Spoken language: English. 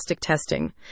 testing